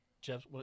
Jeff